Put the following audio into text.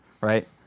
right